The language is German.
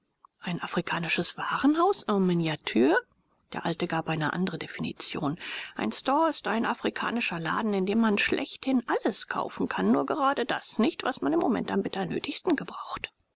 ein afrikanisches warenhaus en miniature der alte gab eine andre definition ein store ist ein afrikanischer laden in dem man schlechthin alles kaufen kann nur gerade das nicht was man im moment am bitternötigsten gebraucht